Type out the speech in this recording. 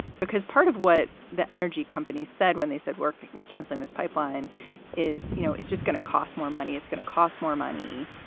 because part of what the energy companies companies said when they said work we're canceling this pipeline is, you know, it's just going to cost more money. it's going to cost more money.